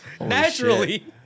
Naturally